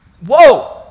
Whoa